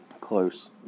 close